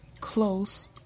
close